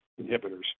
inhibitors